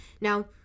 Now